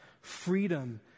freedom